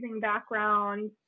background